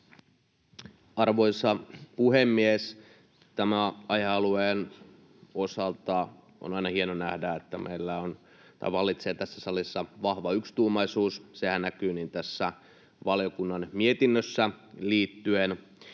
Arvoisa puhemies! Tämän aihealueen osalta on aina hieno nähdä, että meillä vallitsee tässä salissa vahva yksituumaisuus. Sehän näkyy tässä valiokunnan mietinnössä liittyen